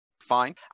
fine